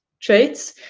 traits,